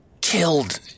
killed